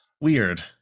Weird